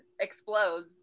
explodes